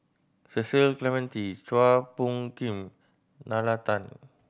Cecil Clementi Chua Phung Kim Nalla Tan